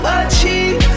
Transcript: achieve